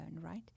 right